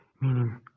meaning